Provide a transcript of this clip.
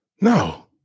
No